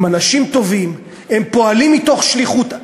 הם אנשים טובים, הם פועלים מתוך שליחות.